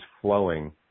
flowing